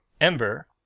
Ember